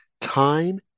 time